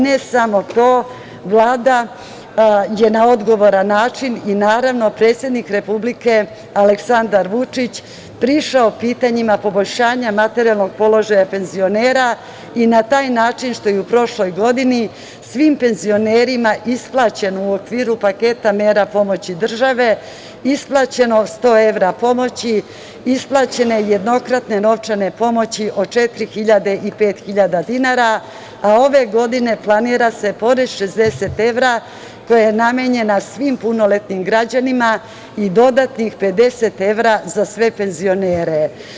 Ne samo to, Vlada je na odgovoran način i naravno predsednik Republike Aleksandar Vučić prišao pitanjima poboljšanja materijalnog položaja penzionera i na taj način što je u prošloj godini svim penzionerima isplaćeno u okviru paketa mera pomoći države 100 evra pomoći, isplaćene jednokratne novčani pomoći od 4.000 i 5.000 dinara, a ove godine planira se pored 60 evra, koja je namenjena svim punoletnim građanima, i dodatnih 50 evra za sve penzionere.